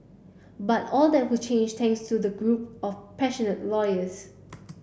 but all that would change thanks to a group of passionate lawyers